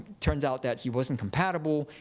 turns out that he wasn't compatible.